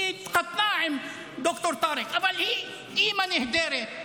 היא התחתנה עם ד"ר טארק, אבל היא אימא נהדרת,